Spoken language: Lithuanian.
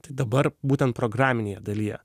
tai dabar būtent programinėje dalyje